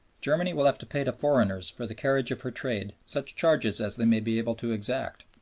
germany will have to pay to foreigners for the carriage of her trade such charges as they may be able to exact,